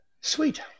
Sweet